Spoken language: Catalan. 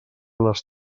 les